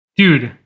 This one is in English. dude